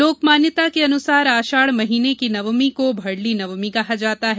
लोकमान्यता के अनुसार आषाढ़ महीने की नवमी को भड़ली नवमी कहा जाता है